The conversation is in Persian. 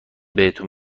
بهتون